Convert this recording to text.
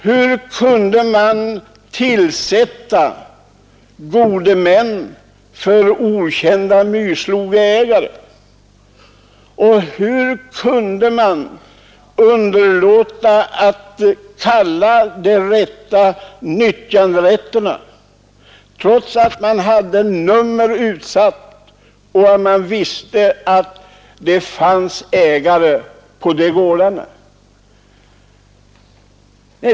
Hur kunde man tillsätta gode män för okända myrslogsägare och hur kunde man underlåta att kalla de rätta nyttjanderättshavarna, trots att man hade nummer utsatt och visste att det fanns ägare till gårdarna?